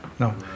No